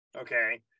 okay